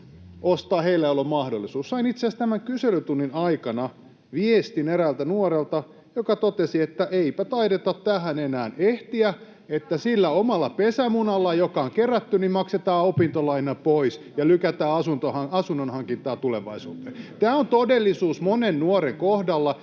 ostaa heillä, joilla on mahdollisuus. Sain itse asiassa tämän kyselytunnin aikana viestin eräältä nuorelta, joka totesi, että eipä taideta tähän enää ehtiä, että sillä omalla pesämunalla, joka on kerätty, maksetaan opintolaina pois ja lykätään asunnon hankintaa tulevaisuuteen. Tämä on todellisuus monen nuoren kohdalla.